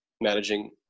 managing